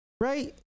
right